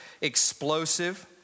explosive